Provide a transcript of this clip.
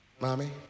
Mommy